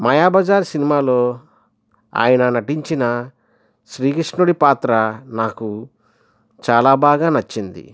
మాయాబజార్ సినిమాలో ఆయన నటించిన శ్రీకృష్ణుని పాత్ర నాకు చాలా బాగా నచ్చింది